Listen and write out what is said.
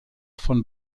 von